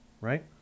right